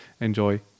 enjoy